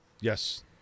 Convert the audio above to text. Yes